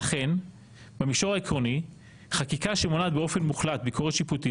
אכן במישור העקרוני חקיקה שמונעת באופן מוחלט ביקורת שיפוטית